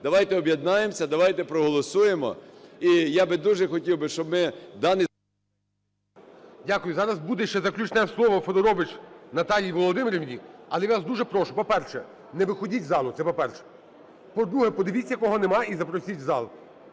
Давайте об'єднаємося, давайте проголосуємо. І я б дуже хотів, щоб ми даний… ГОЛОВУЮЧИЙ. Дякую. Зараз буде ще заключне слово Федорович Наталії Володимирівни. Але я вас дуже прошу, по-перше, не виходьте з залу, це по-перше. По-друге, подивіться кого нема і запросіть в зал.